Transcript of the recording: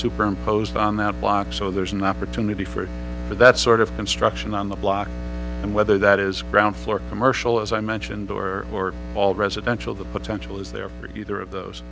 superimposed on that block so there's an opportunity for that sort of construction on the block and whether that is ground floor commercial as i mentioned or all residential the potential is there for either of those